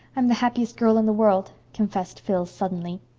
i'm the happiest girl in the world, confessed phil suddenly.